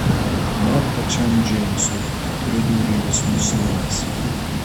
net pačiam džeimsui pridūrė jis nusiminęs